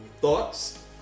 Thoughts